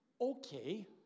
Okay